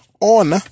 on